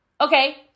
Okay